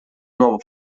nuovo